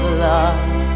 love